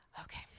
Okay